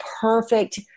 perfect